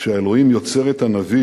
'כשהאלוהים יוצר את הנביא